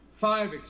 five